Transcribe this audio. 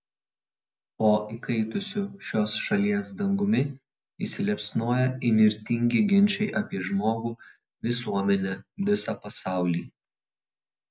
po įkaitusiu šios šalies dangumi įsiliepsnoja įnirtingi ginčai apie žmogų visuomenę visą pasaulį